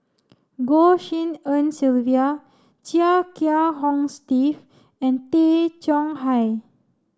Goh Tshin En Sylvia Chia Kiah Hong Steve and Tay Chong Hai